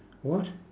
what